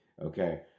Okay